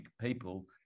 people